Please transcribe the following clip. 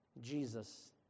Jesus